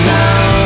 now